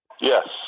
Yes